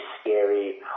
scary